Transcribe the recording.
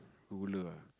ruler ah